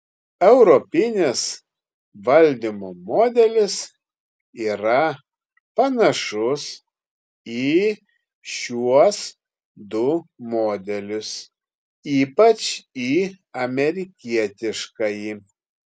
europinis valdymo modelis yra panašus į šiuos du modelius ypač į amerikietiškąjį